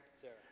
Sarah